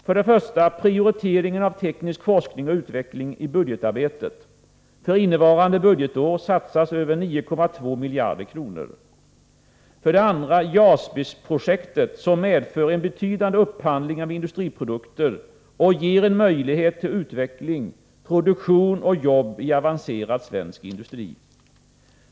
För det första: Prioriteringen av teknisk forskning och utveckling i budgetarbetet. För innevarande budgetår satsas över 9,2 miljarder kronor: För det andra: JAS-projektet, som medför en betydande upphandling av industriprodukter och ger en möjlighet till utveckling, produktion och jobb i avancerad svensk industri.